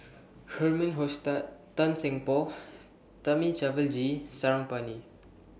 Herman Hochstadt Tan Seng Poh Thamizhavel G Sarangapani